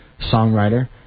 songwriter